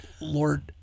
Lord